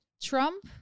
Trump